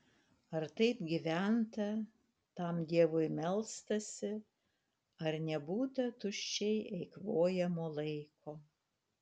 ar taip gyventa tam dievui melstasi ar nebūta tuščiai eikvojamo laiko